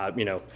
um you know,